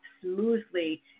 smoothly